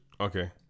Okay